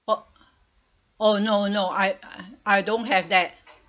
oh oh no no I I don't have that